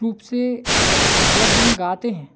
रूप से जब हम गाते हैं